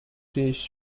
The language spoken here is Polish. czyjejś